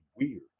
weird